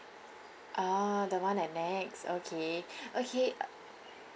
orh the one at NEX okay okay